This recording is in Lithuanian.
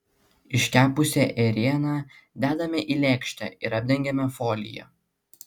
iškepusią ėrieną dedame į lėkštę ir apdengiame folija